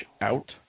out